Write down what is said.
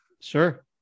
Sure